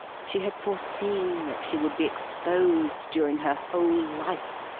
she had foreseen that she would be exposed, during her whole life,